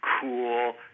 cool